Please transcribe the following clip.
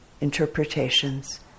interpretations